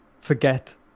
forget